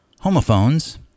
homophones